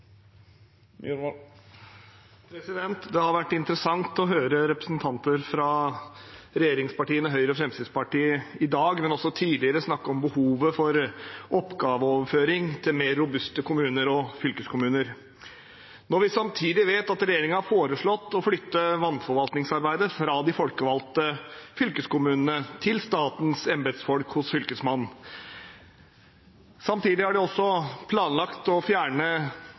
Det har vært interessant å høre representanter fra regjeringspartiene Høyre og Fremskrittspartiet i dag – men også tidligere – snakke om behovet for oppgaveoverføring til mer robuste kommuner og fylkeskommuner når vi samtidig vet at regjeringen har foreslått å flytte vannforvaltningsarbeidet fra de folkevalgte fylkeskommunene til statens embetsfolk hos Fylkesmannen. Samtidig har de også planlagt å fjerne